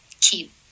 keep